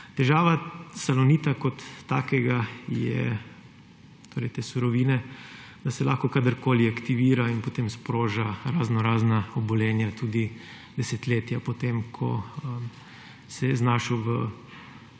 Težava salonita kot takega, torej te surovine, je, da se lahko kadarkoli aktivira in potem sproža raznorazna obolenja tudi desetletja potem, ko se je znašel v